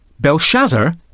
Belshazzar